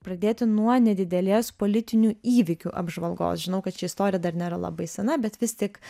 pradėti nuo nedidelės politinių įvykių apžvalgos žinau kad ši istorija dar nėra labai sena bet vis tik